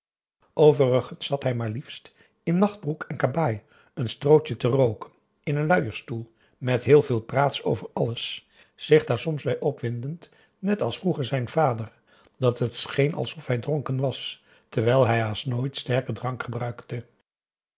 zat hij maar liefst in nachtbroek en kabaai n strootje te rooken in een luierstoel met heel veel praats over alles zich daar soms bij opwindend net als vroeger zijn vader dat het scheen alsof hij dronken was terwijl hij haast nooit sterken drank gebruikte